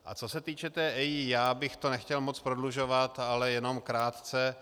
A co se týče té EIA já bych to nechtěl moc prodlužovat, ale jenom krátce.